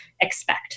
expect